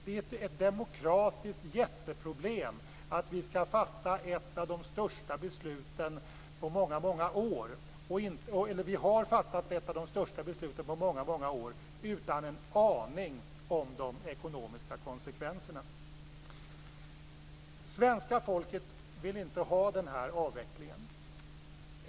Det är ett demokratiskt jätteproblem att vi har fattat ett av de största besluten på många år utan en aning om de ekonomiska konsekvenserna. Svenska folket vill inte ha den här avvecklingen.